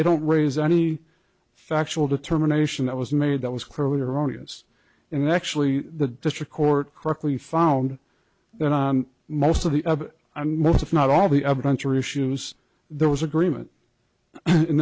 they don't raise any factual determination that was made that was clearly erroneous and actually the district court correctly found that on most of the up and most if not all the evidence or issues there was agreement in